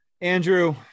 andrew